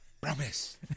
Promise